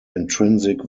intrinsic